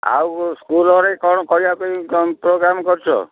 ଆଉ ସ୍କୁଲ୍ରେ କ'ଣ କରିବା ପାଇଁ ପ୍ରୋଗ୍ରାମ୍ କରୁଛ